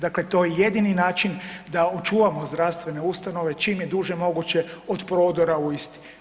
Dakle, to je jedini način da očuvamo zdravstvene ustanove čim je duže moguće od prodora u isti.